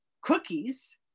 cookies